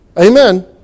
Amen